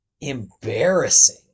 embarrassing